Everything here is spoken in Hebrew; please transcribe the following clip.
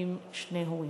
עם שני הורים.